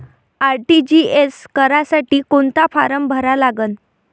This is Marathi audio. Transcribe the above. आर.टी.जी.एस करासाठी कोंता फारम भरा लागन?